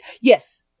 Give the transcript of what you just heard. Yes